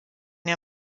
der